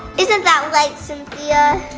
isn't that right, cynthia?